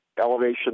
elevation